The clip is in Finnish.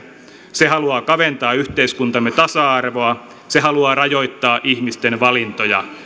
se haluaa kaventaa yhteiskuntamme tasa arvoa se haluaa rajoittaa ihmisten valintoja